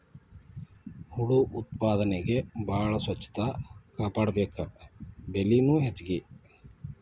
ಹುಳು ಉತ್ಪಾದನೆಗೆ ಬಾಳ ಸ್ವಚ್ಚತಾ ಕಾಪಾಡಬೇಕ, ಬೆಲಿನು ಹೆಚಗಿ